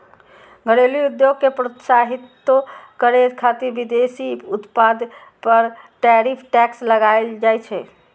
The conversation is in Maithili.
घरेलू उद्योग कें प्रोत्साहितो करै खातिर विदेशी उत्पाद पर टैरिफ टैक्स लगाएल जाइ छै